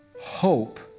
Hope